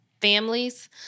families